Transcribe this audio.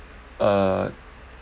uh